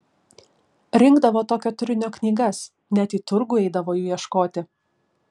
rinkdavo tokio turinio knygas net į turgų eidavo jų ieškoti